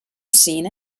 seen